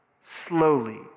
slowly